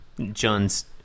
John's